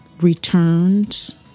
returns